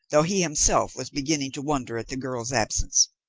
though he himself was beginning to wonder at the girl's absence.